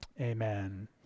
Amen